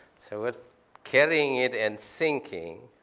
so we're carrying it and syncing,